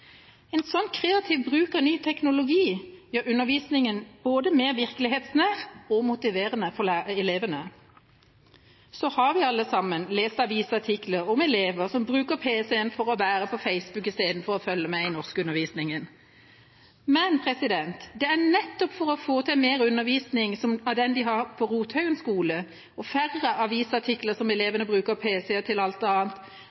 kreativ bruk av ny teknologi gjør undervisningen mer virkelighetsnær og motiverende for elevene. Så har vi alle lest avisartikler om elever som bruker pc-en for å være på Facebook istedenfor å følge med i norskundervisningen. Men det er nettopp for å få til mer undervisning som den de har på Rothaugen skole, og færre avisartikler om elever som bruker pc-en til alt annet